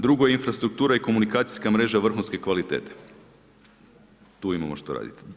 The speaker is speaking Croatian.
Drugo infrastruktura i komunikacijska mreža je vrhunske kvalitete, tu imamo što raditi.